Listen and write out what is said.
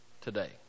today